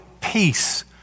peace